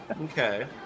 Okay